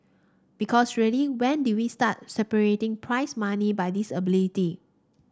because really when did we start separating prize money by disability